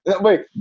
Wait